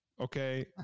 okay